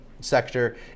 sector